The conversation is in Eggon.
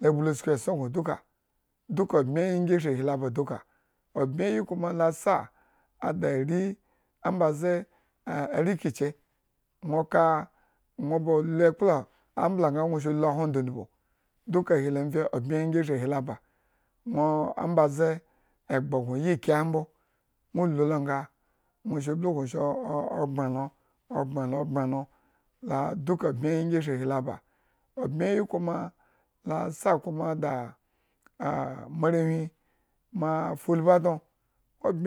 La blu asku esson duka, duka abmyeyi ngi ashri hi lo aba duka, obmyeyi kuma la sa ada ri ambaze ah a rikichi, nwo ka nwo ba lu ekpla, ambla nga nwo shro lu ohwo ndudmu duka ahi lo mvye obmyeyi ngi shri ahi. lo aba duka nwo ambaze egba gno yi. ambo nwo lu lo nga nnwo shru blukun shru o bmyre lo, o bmyre lo bmyre lo la duka obyre nyi asi hi lo aba duka, obmyre kuma la sa kuma da a moarewhi ma fulbi a don, nwo,